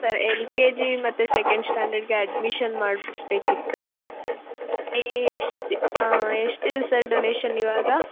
sir L K G ಮತ್ತು second ಸ್ಟ್ಯಾಂಡರ್ಡಿಗೆ admission ಮಾಡಿಸ್ಬೇಕಿತ್ತು ಎಷ್ಟು ಹಾಂ ಎಷ್ಟಿದೆ ಸರ್ ಡೊನೇಶನ್ ಇವಾಗ